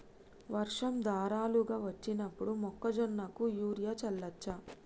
వర్షం ధారలుగా వచ్చినప్పుడు మొక్కజొన్న కు యూరియా చల్లచ్చా?